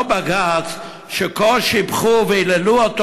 אותו בג"ץ שהם כה שיבחו והיללו על